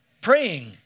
praying